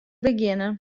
begjinnen